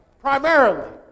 primarily